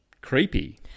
creepy